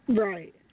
Right